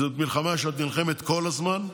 זו מלחמה שאת נלחמת כל הזמן,